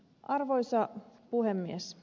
arvoisa puhemies